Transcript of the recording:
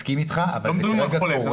אני מסכים איתך, אבל זה קורה.